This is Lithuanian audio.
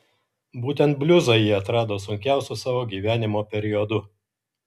būtent bliuzą ji atrado sunkiausiu savo gyvenimo periodu